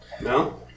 No